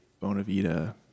Bonavita